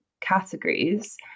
categories